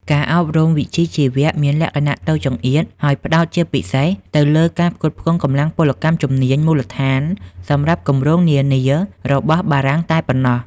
ការអប់រំវិជ្ជាជីវៈមានលក្ខណៈតូចចង្អៀត ហើយផ្តោតជាពិសេសទៅលើការផ្គត់ផ្គង់កម្លាំងពលកម្មជំនាញមូលដ្ឋានសម្រាប់គម្រោងនានារបស់បារាំងតែប៉ុណ្ណោះ។